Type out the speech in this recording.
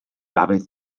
dafydd